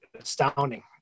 astounding